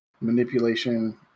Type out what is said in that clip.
manipulation